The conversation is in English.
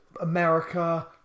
America